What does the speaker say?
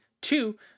Two